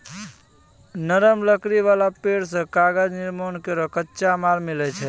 नरम लकड़ी वाला पेड़ सें कागज निर्माण केरो कच्चा माल मिलै छै